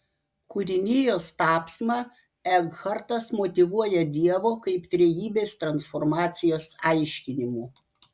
kūrinijos tapsmą ekhartas motyvuoja dievo kaip trejybės transformacijos aiškinimu